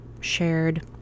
shared